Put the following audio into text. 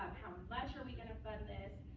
how much are we going to fund this?